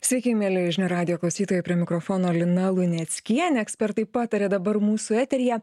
sveiki mieli žinių radijo klausytojai prie mikrofono lina luneckienė ekspertai pataria dabar mūsų eteryje